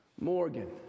Morgan